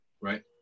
Right